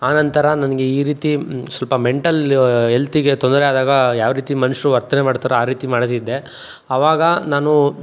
ಆನಂತರ ನನಗೆ ಈ ರೀತಿ ಸ್ವಲ್ಪ ಮೆಂಟಲ್ ಎಲ್ಥಿಗೆ ತೊಂದರೆ ಆದಾಗ ಯಾವ ರೀತಿ ಮನುಷ್ಯರು ವರ್ತನೆ ಮಾಡ್ತಾರೋ ಆ ರೀತಿ ಮಾಡುತ್ತಿದ್ದೆ ಆವಾಗ ನಾನು